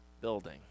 Building